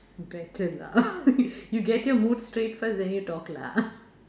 better lah you get mood straight first then you talk lah